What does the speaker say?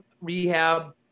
rehab